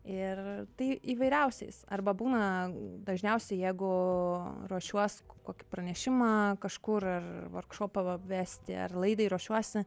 ir tai įvairiausiais arba būna dažniausiai jeigu ruošiuos kokį pranešimą kažkur ar vorkšopą vesti ar laidai ruošiuosi